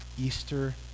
Easter